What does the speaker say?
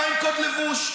מה עם קוד לבוש?